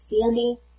formal